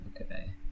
Okay